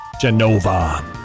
Genova